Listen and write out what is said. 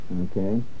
Okay